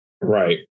right